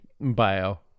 bio